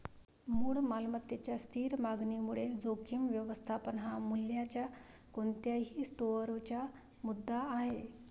मूळ मालमत्तेच्या स्थिर मागणीमुळे जोखीम व्यवस्थापन हा मूल्याच्या कोणत्याही स्टोअरचा मुद्दा आहे